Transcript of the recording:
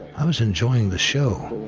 i was enjoying the show.